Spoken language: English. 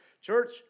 Church